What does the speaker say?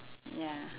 ya